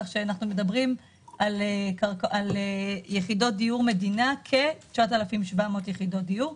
כך שאנחנו מדברים על יחידות דיור מדינה כ-9,700 יחידות דיור.